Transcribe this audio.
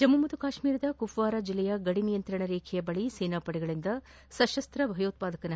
ಜಮ್ನ ಮತ್ತು ಕಾಶ್ತೀರದ ಕುಪ್ನಾರ ಜಿಲ್ಲೆಯ ಗಡಿ ನಿಯಂತ್ರಣ ರೇಖೆ ಬಳಿ ಸೇನಾಪಡೆಗಳಿಂದ ಸಶಸ್ತಧಾರಿ ಭಯೋತ್ವಾದಕ ಹತ್ಲೆ